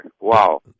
Wow